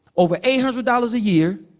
over eight hundred dollars a year,